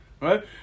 Right